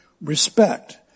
respect